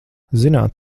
zināt